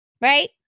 Right